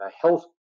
health